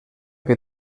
que